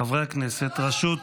חברות